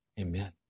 Amen